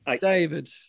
David